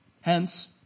Hence